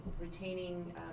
retaining